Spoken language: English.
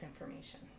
information